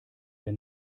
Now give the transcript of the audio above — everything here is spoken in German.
der